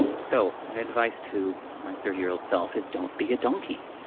so, my advice to my thirty year old self is, don't be a donkey.